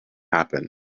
happen